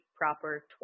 proper